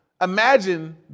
Imagine